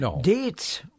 dates